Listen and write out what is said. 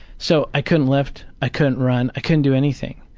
so i couldn't lift, i couldn't run, i couldn't do anything.